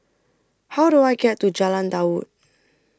How Do I get to Jalan Daud